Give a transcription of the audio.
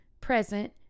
present